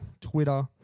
Twitter